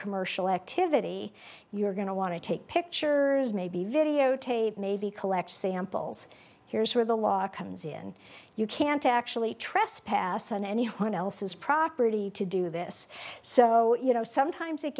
commercial activity you're going to want to take pictures maybe videotape maybe collect samples here's where the law comes in you can't actually trespass on any one else's property to do this so you know sometimes it